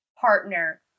partner